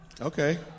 Okay